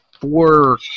four